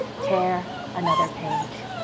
tear another page.